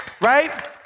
Right